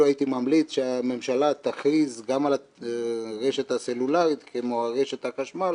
הייתי ממליץ שהממשלה תכריז גם על הרשת הסלולרית כמו על רשת החשמל